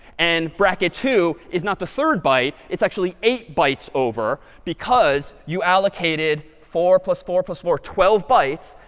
and bracket two is not the third byte. it's actually eight bytes over, because you allocated four plus four plus four, twelve bytes.